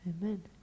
Amen